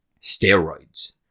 steroids